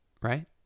Right